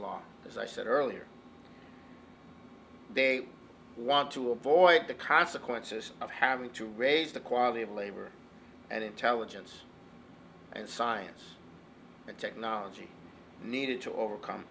long as i said earlier they want to avoid the consequences of having to raise the quality of labor and intelligence and science and technology needed to overcome